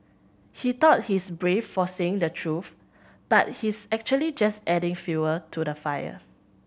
he thought he's brave for saying the truth but he's actually just adding fuel to the fire